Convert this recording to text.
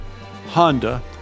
Honda